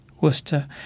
Worcester